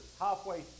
halfway